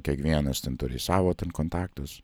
kiekvienas ten turi savo kontaktus